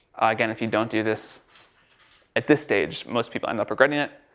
again, if you don't do this at this stage, most people end up regretting it.